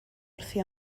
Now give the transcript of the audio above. wrthi